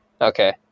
Okay